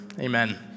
Amen